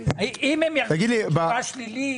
אם הם יחזרו עם תשובה שלילית,